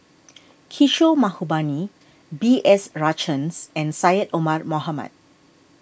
Kishore Mahbubani B S Rajhans and Syed Omar Mohamed